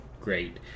great